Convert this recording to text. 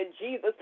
Jesus